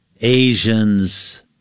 Asians